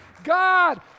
God